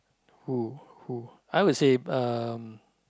who who I would say um